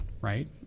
right